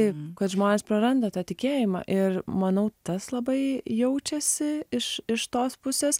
taip kad žmonės praranda tą tikėjimą ir manau tas labai jaučiasi iš iš tos pusės